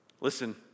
listen